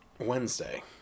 Wednesday